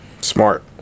smart